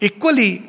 Equally